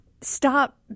stop